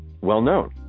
well-known